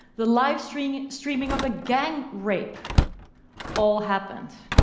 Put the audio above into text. the live streaming streaming of a gang rape all happens.